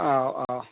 औ औ